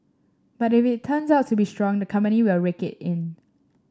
but if it turns out to be strong the company will rake it in